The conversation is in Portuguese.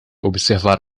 observar